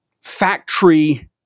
factory